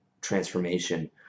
transformation